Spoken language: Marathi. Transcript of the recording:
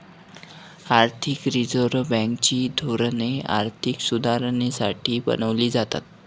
भारतीय रिझर्व बँक ची धोरणे आर्थिक सुधारणेसाठी बनवली जातात